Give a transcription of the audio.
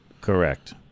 Correct